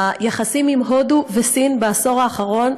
היחסים עם הודו וסין בעשור האחרון,